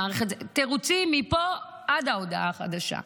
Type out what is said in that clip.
תירוצים מפה עד הודעה חדשה.